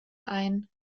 ein